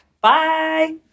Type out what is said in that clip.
Bye